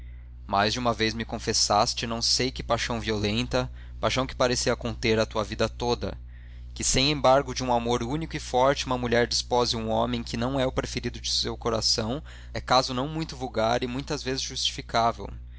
mais de uma vez me confessaste não sei que paixão violenta paixão que parecia conter a tua vida toda que sem embargo de um amor único e forte uma mulher despose um homem que não é o preferido de seu coração é caso não vulgar e muita vez justificável